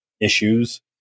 issues